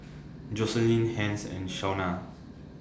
Joselin Hence and Shawnna